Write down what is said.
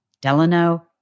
Delano